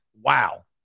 Wow